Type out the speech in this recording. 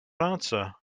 answer